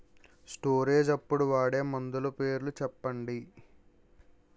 Storage అప్పుడు వాడే మందులు పేర్లు చెప్పండీ?